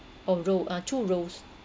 oh roll ah two rolls